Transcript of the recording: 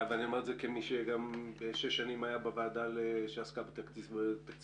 אני אומר את זה כמי שבמשך שש שנים ישב בוועדה שעסקה בתקציב הביטחון.